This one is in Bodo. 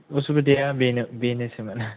असुबिदाया बेनो बेनोसैमोन